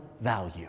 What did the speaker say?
value